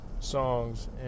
songs